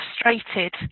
frustrated